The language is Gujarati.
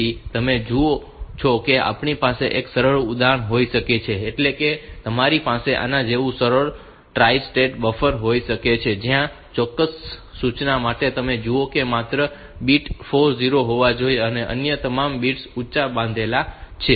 તેથી તમે જુઓ છો કે આપણી પાસે એક સરળ ઉપકરણ હોઈ શકે છે એટલે કે તમારી પાસે આના જેવું સરળ ટ્રાઇ સ્ટેટ બફર હોઈ શકે છે જ્યાં આ ચોક્કસ સૂચના માટે તમે જુઓ કે માત્ર બીટ 4 0 હોવા જોઈએ અને અન્ય તમામ બિટ્સ ઊંચા બાંધેલા છે